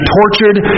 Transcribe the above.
tortured